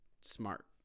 smart